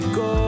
go